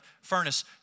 furnace